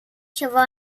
чего